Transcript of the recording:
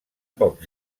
pocs